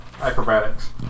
acrobatics